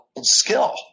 skill